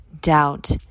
doubt